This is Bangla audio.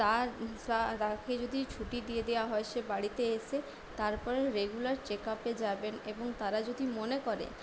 তার তাকে যদি ছুটি দিয়ে দেওয়া হয় সে বাড়িতে এসে তারপরে রেগুলার চেক আপে যাবেন এবং তারা যদি মনে করে